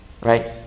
Right